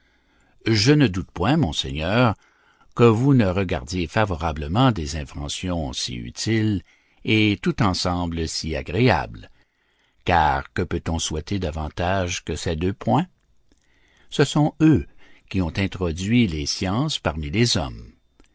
je ne doute point monseigneur que vous ne regardiez favorablement des inventions si utiles et tout ensemble si agréables car que peut-on souhaiter davantage que ces deux points ce sont eux qui ont introduit les sciences parmi les hommes